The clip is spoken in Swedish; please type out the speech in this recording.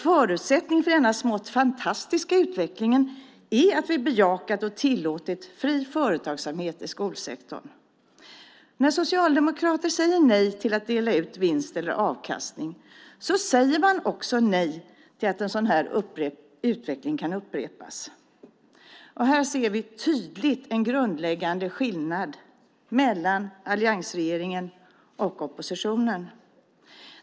Förutsättningen för denna smått fantastiska utveckling är att vi har bejakat och tillåtit fri företagsamhet i skolsektorn. När socialdemokrater säger nej till att dela ut vinst eller avkastning säger de också nej till att en sådan här utveckling kan upprepas. Här ser vi tydligt en grundläggande skillnad mellan alliansregeringen och oppositionen.